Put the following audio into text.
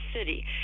city